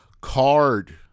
card